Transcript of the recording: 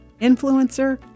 Influencer